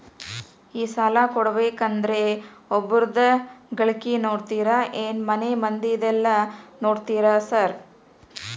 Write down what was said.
ಈ ಸಾಲ ಕೊಡ್ಬೇಕಂದ್ರೆ ಒಬ್ರದ ಗಳಿಕೆ ನೋಡ್ತೇರಾ ಏನ್ ಮನೆ ಮಂದಿದೆಲ್ಲ ನೋಡ್ತೇರಾ ಸಾರ್?